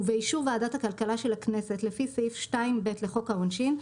ובאישור ועדת הכלכלה של הכנסת לפי סעיף 2(ב) לחוק העונשין,